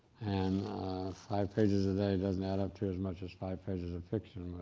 and five pages a day doesn't add up to as much as five pages of fiction.